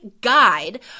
guide